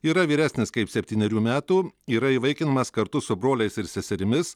yra vyresnis kaip septynerių metų yra įvaikinamas kartu su broliais ir seserimis